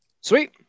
Sweet